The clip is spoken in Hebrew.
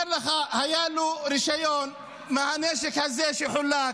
אני אומר לך, היה לו רישיון מהנשק הזה שחולק.